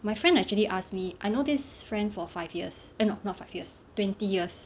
my friend actually asked me I know this friend for five years eh no not five years twenty years